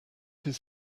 his